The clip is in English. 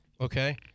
Okay